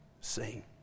sing